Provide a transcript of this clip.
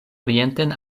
orienten